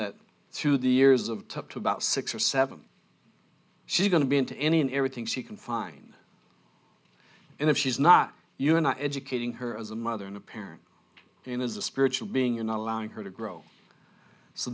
that through the years of up to about six or seven she going to be into any and everything she can find and if she's not you're not educating her as a mother and a parent and as a spiritual being you're not allowing her to grow so